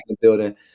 building